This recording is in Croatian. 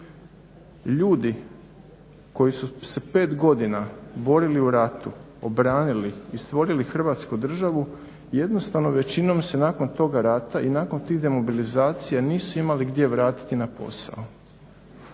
ljudi koji su se pet godina borili u ratu, obranili i stvorili Hrvatsku državu jednostavno većinom se nakon toga rata i nakon tih mobilizacija nisu imali gdje vratiti na posao.